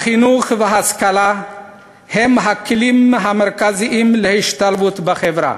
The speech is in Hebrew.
החינוך וההשכלה הם הכלים המרכזיים להשתלבות בחברה.